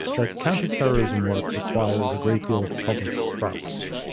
that counterterrorism work requires a great deal of public trust.